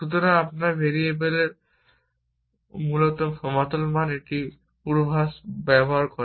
সুতরাং আমরা ভেরিয়েবলের মূলত সমতল মান এই পূর্বাভাসগুলি ব্যবহার করে